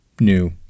new